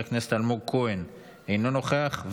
חבר הכנסת אלמוג כהן, אינו נוכח.